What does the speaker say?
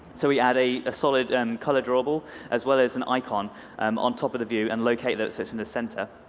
so we add a solid and color drawable as well as an icon um on top of the view and locate that in the center.